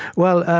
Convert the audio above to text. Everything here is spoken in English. well,